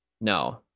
No